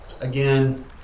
again